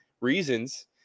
reasons